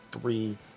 three